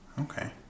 Okay